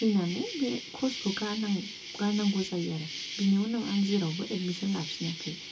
फैनानै बे कर्सखौ गारनांगौ गारनांगौ जायो आरो बिनि उनाव आं जेरावबो एडमिसन लाफिनानै